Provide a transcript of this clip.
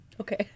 Okay